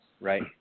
right